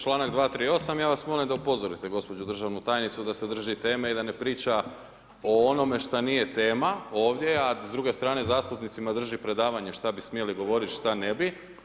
Članak 238., ja vas molim da upozorite gospođu državnu tajnicu da se drži teme i da ne priča o onome što nije tema ovdje, a s druge strane zastupnicima drži predavanje što bi smjeli govoriti, što ne bi.